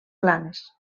planes